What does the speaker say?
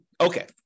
Okay